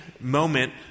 moment